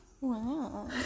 Wow